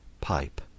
pipe